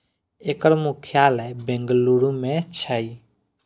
एकर मुख्यालय बेंगलुरू मे छै